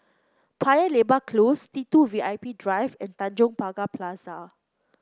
Paya Lebar Close T two V I P Drive and Tanjong Pagar Plaza